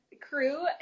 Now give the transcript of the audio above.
crew